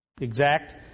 Exact